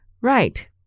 Right